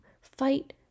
fight